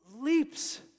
leaps